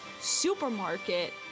supermarket